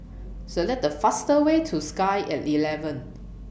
Select The fast Way to Sky At eleven